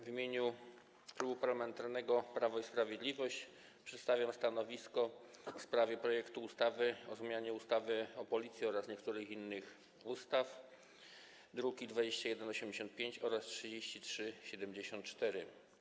W imieniu Klubu Parlamentarnego Prawo i Sprawiedliwość przedstawiam stanowisko w sprawie projektu ustawy o zmianie ustawy o Policji oraz niektórych innych ustaw, druki nr 2185 oraz 3374.